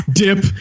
dip